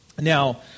Now